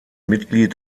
mitglied